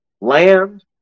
Land